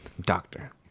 doctor